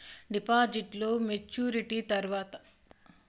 డిపాజిట్లు మెచ్యూరిటీ తర్వాత మళ్ళీ డిపాజిట్లు సేసుకోవచ్చా?